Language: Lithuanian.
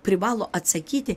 privalo atsakyti